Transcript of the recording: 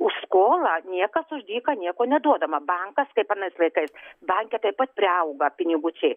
už skolą niekas už dyką nieko neduodama bankas kaip anais laikais banke taip pat priauga pinigučiai